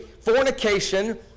fornication